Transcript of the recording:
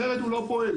אחרת הוא לא פועל.